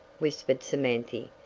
whispered samanthy,